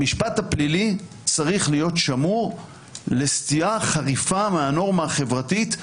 המשפט הפלילי צריך להיות שמור לסטייה חריפה מהנורמה החברתית,